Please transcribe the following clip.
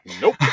Nope